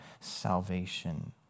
salvation